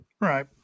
Right